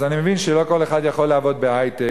אז אני מבין שלא כל אחד יכול לעבוד בהיי-טק.